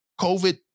covid